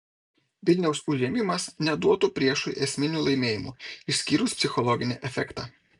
vilniaus užėmimas neduotų priešui esminių laimėjimų išskyrus psichologinį efektą